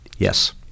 Yes